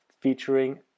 featuring